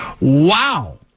Wow